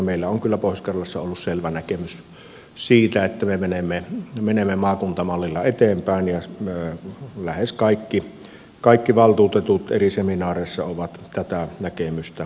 meillä on kyllä pohjois karjalassa ollut selvä näkemys siitä että me menemme maakuntamallilla eteenpäin ja lähes kaikki valtuutetut eri seminaareissa ovat tätä näkemystä tukeneet